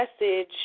message